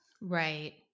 Right